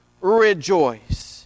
rejoice